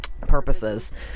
purposes